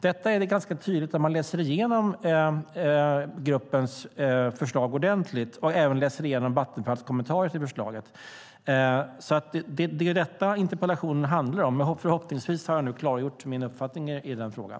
Detta är ganska tydligt när man läser igenom gruppens förslag ordentligt och om man även läser igenom Vattenfalls kommentarer till förslaget. Det är detta interpellationen handlar om, och förhoppningsvis har jag nu klargjort min uppfattning i frågan.